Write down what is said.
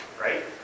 right